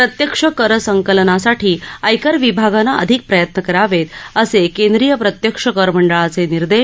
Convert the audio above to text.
प्रत्यक्ष कर संकलनासाठी आयकर विभागानं अधिक प्रयत्न करावेत असे केंद्रीय प्रत्यक्ष कर मंडळाचे निर्देश